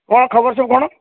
କ'ଣ ଖବର ସବୁ କ'ଣ